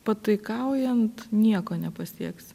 pataikaujant nieko nepasieksi